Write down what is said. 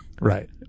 right